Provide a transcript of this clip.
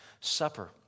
Supper